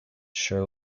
sure